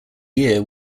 year